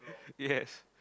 yes